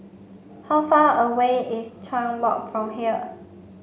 how far away is Chuan Walk from here